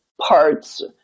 parts